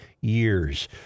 years